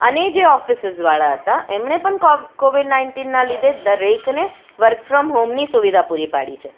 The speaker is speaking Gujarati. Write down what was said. અને જે ઑફિસિસ વાળા હતા એમને પણ કોવિડ નાઇન્ટીનનાં લીધે દરેકને વર્ક ફ્રોમ હોમની સુવિધા પૂરી પાડી છે